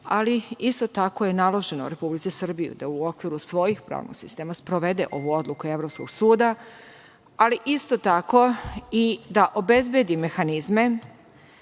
ali isto tako je naloženo Republici Srbiji da u okviru svojih pravnih sistema sprovede ovu odluku Evropskog suda, ali isto tako i da obezbedi mehanizme,